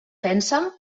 pensa